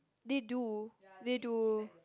they do they do